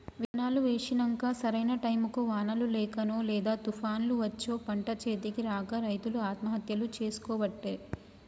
విత్తనాలు వేశినంక సరైన టైముకు వానలు లేకనో లేదా తుపాన్లు వచ్చో పంట చేతికి రాక రైతులు ఆత్మహత్యలు చేసికోబట్టే